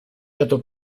эту